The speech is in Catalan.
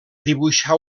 dibuixar